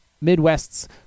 Midwest's